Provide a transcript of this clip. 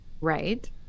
Right